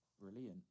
Brilliant